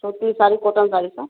सूती साड़ी कॉटन साड़ी सब